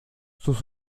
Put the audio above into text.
sus